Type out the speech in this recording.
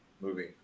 movie